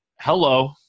hello